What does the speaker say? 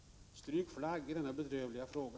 Stryk flagg i denna bedrövliga fråga!